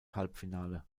halbfinale